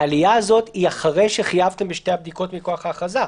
העלייה הזאת היא אחרי שחייבתם בשתי הבדיקות מכוח ההכרזה,